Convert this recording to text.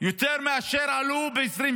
יותר מאשר הם עלו ב-2024.